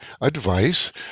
advice